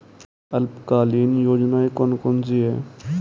अल्पकालीन योजनाएं कौन कौन सी हैं?